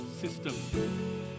system